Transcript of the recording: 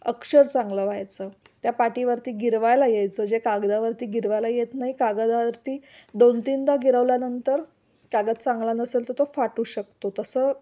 अक्षर चांगलं व्हायचं त्या पाटीवरती गिरवायला यायचं जे कागदावरती गिरवायला येत नाई कागदावरती दोन तीनदा गिरवल्यानंतर कागद चांगला नसेल तर तो फाटू शकतो तसं